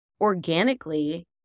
Organically